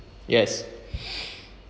yes